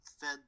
Fed